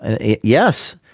yes